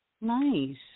Nice